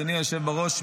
אדוני היושב-ראש,